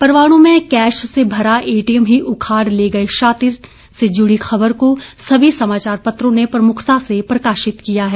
परवाणू में कैश से भरा एटीएम ही उखाड़ ले गए शातिर से जुड़ी खबर को सभी समाचार पत्रों ने प्रमुखता से प्रकाशित किया है